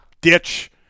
ditch